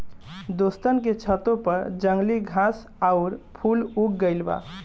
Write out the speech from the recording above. दोस्तन के छतों पर जंगली घास आउर फूल उग गइल बा